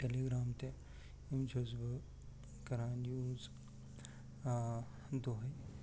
ٹیلی gram تہِ یِم چھُس بہٕ کران یوٗز دۄہٕے